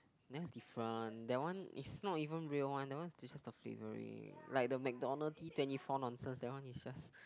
that one is different that one is not even real one that one is just the flavouring like the McDonalds D twenty four nonsense that one is just